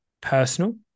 personal